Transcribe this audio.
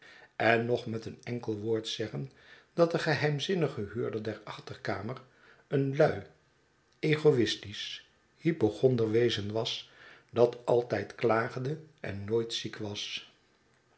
en nog met een enkel woord zeggen dat de geheimzinnige huurder der achterkamer een lui egoistiscb hypochonder wezen was dat altijd klaagde en nooit ziek was